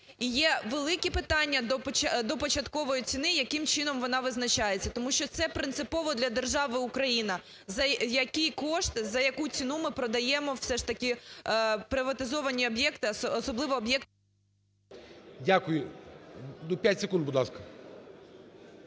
Є великі питання до початкової ціни, яким чином вона визначається. Тому що це принципово для держави Україна – за який кошт, за яку ціну ми продаємо все ж таки приватизовані об'єкти, особливо об'єкти… ГОЛОВУЮЧИЙ. Дякую. Ну, 5 секунд, будь ласка.